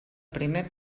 primer